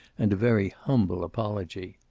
and a very humble apology.